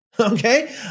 Okay